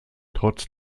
trotz